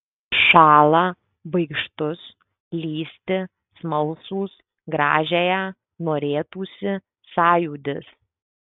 šąlą baikštus lįsti smalsūs gražiąją norėtųsi sąjūdis